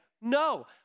no